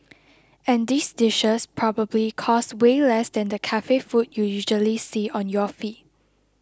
and these dishes probably cost way less than the cafe food you usually see on your feed